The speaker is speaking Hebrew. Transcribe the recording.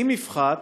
אם יפחת,